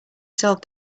solved